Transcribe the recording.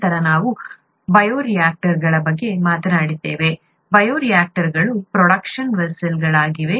ನಂತರ ನಾವು ಬಯೋರಿಯಾಕ್ಟರ್ಗಳ ಬಗ್ಗೆ ಮಾತನಾಡಿದ್ದೇವೆ ಬಯೋರಿಯಾಕ್ಟರ್ಗಳು ಪ್ರೊಡಕ್ಷನ್ ವೆಸೆಲ್ಗಳಾಗಿವೆ